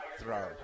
throw